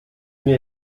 mir